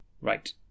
Right